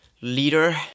leader